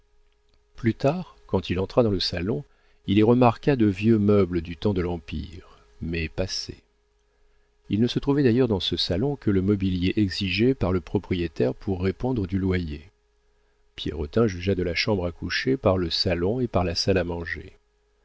plus tard quand il entra dans le salon il y remarqua de vieux meubles du temps de l'empire mais passés il ne se trouvait d'ailleurs dans ce salon que le mobilier exigé par le propriétaire pour répondre du loyer pierrotin jugea de la chambre à coucher par le salon et par la salle à manger